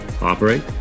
operate